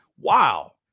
Wow